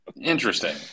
Interesting